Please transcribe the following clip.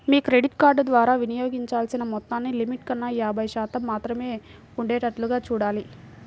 మీ credit card ద్వారా వినియోగించాల్సిన మొత్తాన్ని లిమిట్ కన్నా యాభై శాతం మాత్రమే ఉండేటట్లుగా చూడాలి